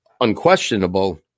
unquestionable